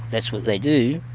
that's what they do,